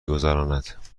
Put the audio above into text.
گذراند